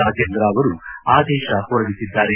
ರಾಜೇಂದ್ರ ಅವರು ಆದೇಶ ಹೊರಡಿಸಿದ್ದಾರೆ